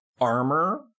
armor